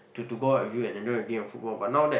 to to go out with you and enjoy that game of football but now that